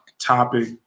topic